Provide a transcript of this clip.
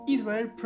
Israel